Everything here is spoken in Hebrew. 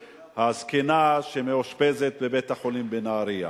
הזקנה, הזקנה שמאושפזת בבית-החולים בנהרייה.